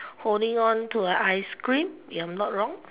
holding on to a ice cream if I'm not wrong